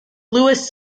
lewis